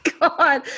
God